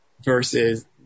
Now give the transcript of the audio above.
versus